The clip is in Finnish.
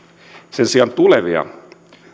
sen sijaan tulevia